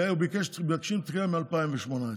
ומבקשים דחייה מ-2018.